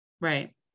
right